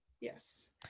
Yes